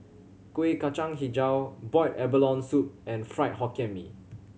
Kuih Kacang Hijau boiled abalone soup and Fried Hokkien Mee